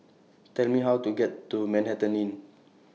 Tell Me How to get to Manhattan Inn